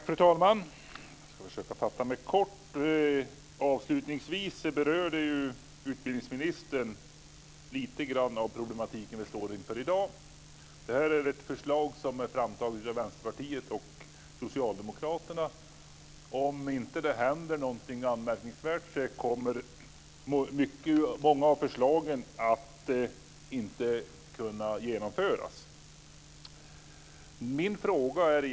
Fru talman! Jag ska försöka fatta mig kort. Avslutningsvis berörde utbildningsministern de problem vi står inför i dag. Det här är ett förslag som har tagits fram av Vänsterpartiet och Socialdemokraterna. Om det inte händer någonting anmärkningsvärt kommer många av förslagen att inte kunna genomföras.